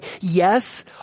Yes